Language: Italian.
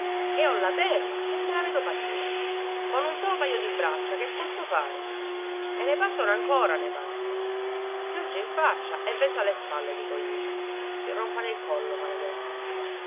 e ho la terra e me la vedo patire con un solo pajo di braccia che posso fare e ne partono ancora ne partono pioggia in faccia e vento alle spalle dico io si rompano il collo maledetti